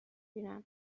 بینم